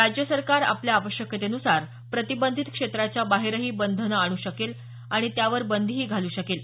राज्य सरकार आपल्या आवश्यकतेन्सार प्रतिबंधित क्षेत्राच्या बाहेरही बंधन आणू शकेल किंवा त्यावर बंदीही घालू शकेल